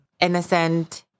innocent